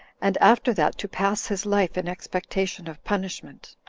and after that to pass his life in expectation of punishment